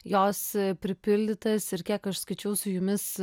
jos pripildytas ir kiek aš skaičiau su jumis